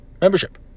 membership